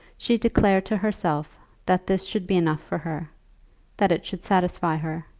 she declared to herself that this should be enough for her that it should satisfy her.